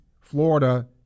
Florida